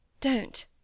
Don't